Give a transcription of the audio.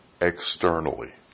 externally